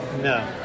No